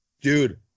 Dude